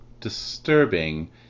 disturbing